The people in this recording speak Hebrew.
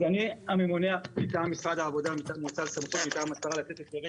אני הממונה מטעם משרד העבודה ומואצל סמכות מטעם השרה לתת הסברים